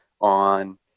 on